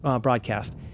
broadcast